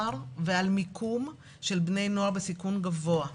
ועל מיקום של בני נוער בסיכון גבוה.